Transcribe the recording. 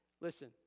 Listen